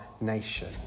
nation